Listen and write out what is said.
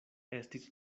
estis